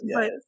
Yes